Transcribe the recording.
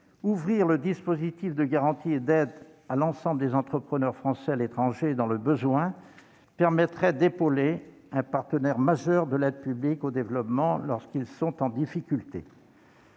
Ouvrir le dispositif de garantie et d'aides à l'ensemble des entrepreneurs français à l'étranger dans le besoin permettrait d'épauler un partenaire majeur de l'aide publique au développement lorsqu'ils sont en difficulté.